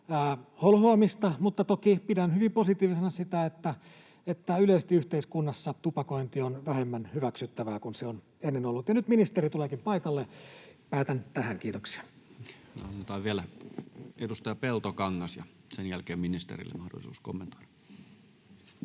mutta toki pidän hyvin positiivisena sitä, että yleisesti yhteiskunnassa tupakointi on vähemmän hyväksyttävää kuin se on ennen ollut. — Nyt ministeri tuleekin paikalle. Päätän tähän. — Kiitoksia. [Speech 101] Speaker: Toinen varapuhemies Juho Eerola